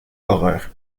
horreur